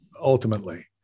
ultimately